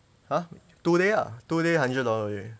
!huh! two day ah two day hundred dollar already